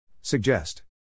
Suggest